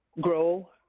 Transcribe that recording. grow